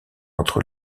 entre